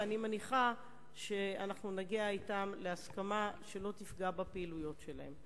ואני מניחה שנגיע אתם להסכמה שלא תפגע בפעילות שלהם.